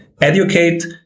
educate